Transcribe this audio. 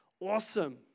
Awesome